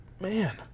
Man